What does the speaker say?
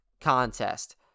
contest